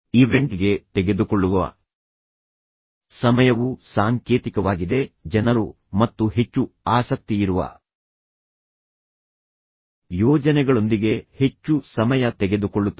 ಈವೆಂಟ್ಗೆ ತೆಗೆದುಕೊಳ್ಳುವ ಸಮಯವು ಸಾಂಕೇತಿಕವಾಗಿದೆ ಜನರು ಮತ್ತು ಹೆಚ್ಚು ಆಸಕ್ತಿಯಿರುವ ಯೋಜನೆಗಳೊಂದಿಗೆ ಹೆಚ್ಚು ಸಮಯ ತೆಗೆದುಕೊಳ್ಳುತ್ತದೆ